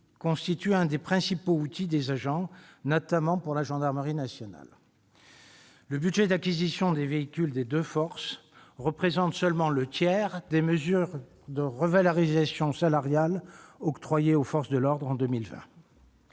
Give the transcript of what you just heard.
constituent l'un des principaux outils des agents, notamment dans la gendarmerie nationale. Le budget d'acquisition de véhicules des deux forces représente seulement le tiers des mesures de revalorisation salariale octroyées aux forces de l'ordre en 2020.